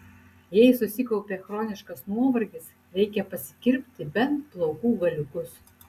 jei susikaupė chroniškas nuovargis reikia pasikirpti bent plaukų galiukus